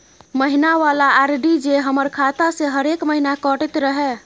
महीना वाला आर.डी जे हमर खाता से हरेक महीना कटैत रहे?